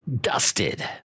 dusted